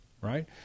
right